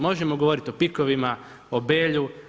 Možemo govoriti o PIK-ovima, o Belju.